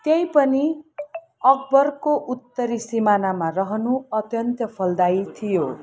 त्यही पनि अकबरको उत्तरी सिमानामा रहनु अत्यन्त फलदायी थियो